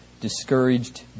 discouraged